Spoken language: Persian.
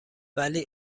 ولی